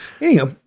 anyhow